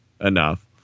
enough